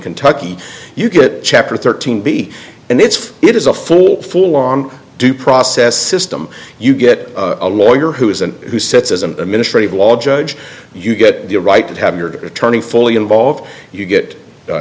kentucky you get chapter thirteen b and it's it is a full on due process system you get a lawyer who is and who sits as a ministry of law judge you get the right to have your attorney fully involved you get a